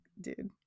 dude